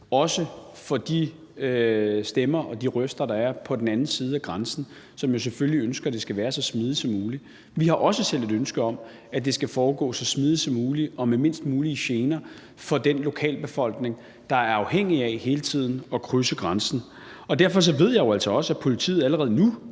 for de stemmer og de røster, der er på den anden side af grænsen, som jo selvfølgelig ønsker, at det skal være så smidigt som muligt. Vi har også selv et ønske om, at det skal foregå så smidigt som muligt og med færrest mulige gener for den lokalbefolkning, der er afhængig af hele tiden at kunne krydse grænsen. Derfor ved jeg jo altså også, at politiet allerede nu